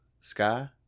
Sky